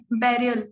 burial